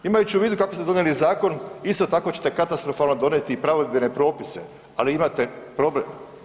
Imajući u vidu kako ste donijeli zakon, isto tako ćete katastrofalno donijeti i provedbene propise, ali imate problem.